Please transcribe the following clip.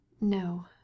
No